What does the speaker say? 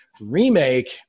remake